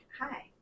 hi